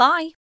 Bye